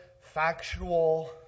factual